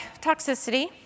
toxicity